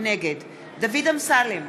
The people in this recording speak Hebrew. נגד דוד אמסלם,